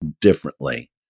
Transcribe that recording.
differently